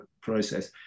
process